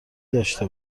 داشته